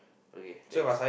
okay next